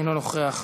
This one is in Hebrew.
אינו נוכח,